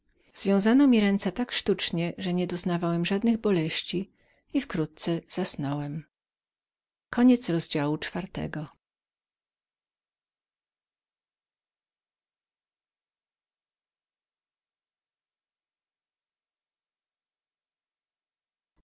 związano mi ręce tak sztucznie że niedoznawałem żadnej boleści i wkrótce zasnąłem